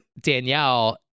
Danielle